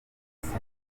syria